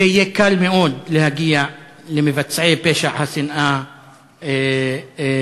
זה יהיה קל מאוד להגיע למבצעי פשע השנאה הזה.